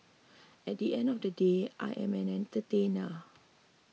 at the end of the day I am an entertainer